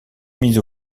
mis